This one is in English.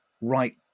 right